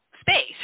space